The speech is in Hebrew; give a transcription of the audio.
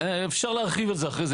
אפשר להרחיב על זה אחרי זה,